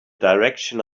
direction